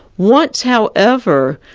once however,